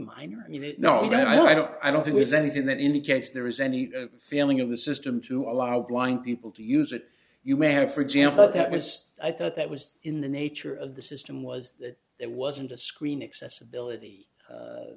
minor no i don't i don't think there's anything that indicates there is any feeling of the system to allow blind people to use it you may have for example that was i thought that was in the nature of the system was that there wasn't a screen accessibility